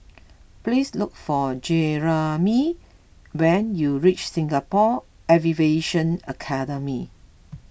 please look for Jeramie when you reach Singapore Aviation Academy